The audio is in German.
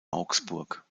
augsburg